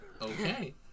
Okay